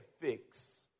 fix